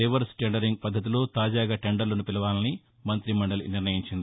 reverse tendering పద్గతిలో తాజాగా టెండర్లను పిలవాలని మంత్రి మండలి నిర్ణయించింది